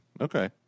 Okay